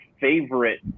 favorite